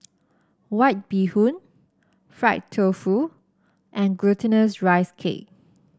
White Bee Hoon Fried Tofu and Glutinous Rice Cake